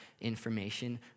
information